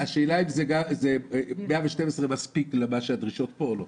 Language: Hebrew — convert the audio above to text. השאלה אם ההפניה לסעיף 112 מספיקה לדרישות שנקבעו כאן.